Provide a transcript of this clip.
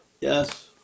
Yes